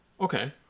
Okay